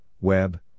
web